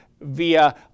via